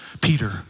Peter